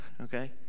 Okay